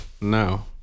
no